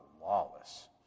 lawless